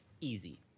easy